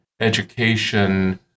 education